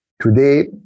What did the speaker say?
today